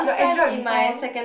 your Android before